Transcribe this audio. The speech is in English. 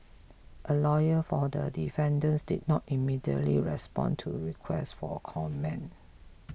a lawyer for the defendants did not immediately respond to requests for comment